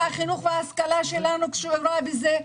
החינוך וההשכלה שלנו קשורים בזה.